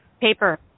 paper